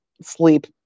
sleep